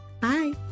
Bye